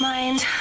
Mind